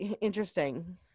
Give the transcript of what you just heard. interesting